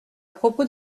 propos